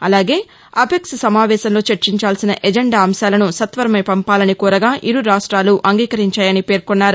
అలాగే అపెక్స్ సమావేశంలో చర్చించాల్సిన ఎజెండా అంశాలను సత్వరమే పంపాలని కోరగా ఇరు రాష్ట్రెలు అంగీకరించాయన్నారు